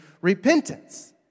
repentance